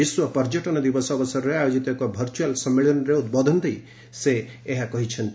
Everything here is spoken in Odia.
ବିଶ୍ୱ ପର୍ଯ୍ୟଟନ ଦିବସ ଅବସରରେ ଆୟୋଜିତ ଏକ ଭର୍ଚୁଆଲ ସମ୍ମିଳନୀରେ ଉଦ୍ବୋଧନ ଦେଇ ସେ ଏହା କହିଛନ୍ତି